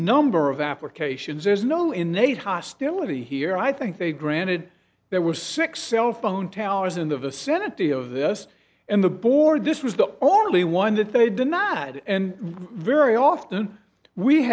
number of applications there's no innate hostility here i think they granted there were six cell phone towers in the vicinity of this and the board this was the only one that they denied and very often we